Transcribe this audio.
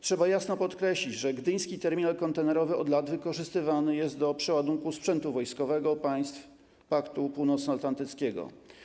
Trzeba jasno podkreślić, że gdyński terminal kontenerowy od lat wykorzystywany jest do przeładunku sprzętu wojskowego państw Paktu Północnoatlantyckiego.